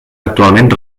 actualment